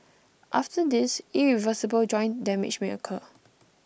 after this irreversible joint damage may occur